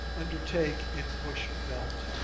undertake in bush veldt.